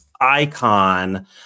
icon